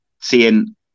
seeing